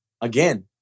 again